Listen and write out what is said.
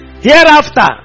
Hereafter